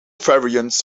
variants